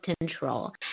control